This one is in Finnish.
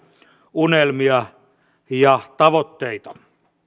unelmia ja tavoitteita